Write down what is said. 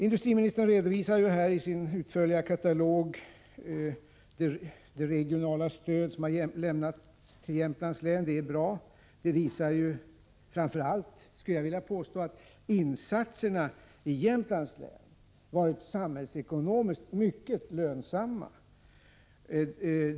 Industriministern redovisar i sin utförliga katalog det regionala stöd som har lämnats till Jämtlands län. Det är bra. Det visar framför allt, skulle jag vilja påstå, att insatserna i Jämtlands län varit samhällsekonomiskt mycket lönsamma.